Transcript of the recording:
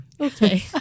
Okay